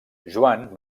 joan